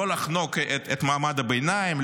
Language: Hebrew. לא לחנוק את מעמד הביניים,